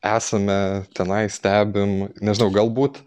esame tenai stebim nežinau galbūt